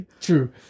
True